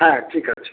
হ্য়াঁ ঠিক আছে